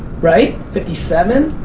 right? fifty seven,